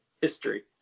history